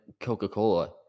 Coca-Cola